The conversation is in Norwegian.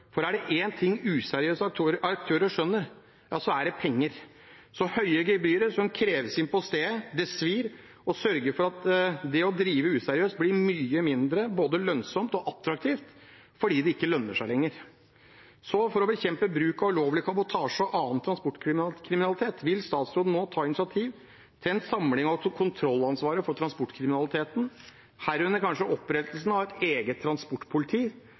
at det å drive useriøst blir mye mindre både lønnsomt og attraktivt fordi det ikke lønner seg lenger. For å bekjempe bruk av ulovlig kabotasje og annen transportkriminalitet, vil statsråden nå ta initiativ til en samling av kontrollansvaret for transportkriminaliteten, herunder kanskje opprettelsen av et eget transportpoliti,